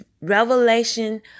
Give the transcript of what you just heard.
revelation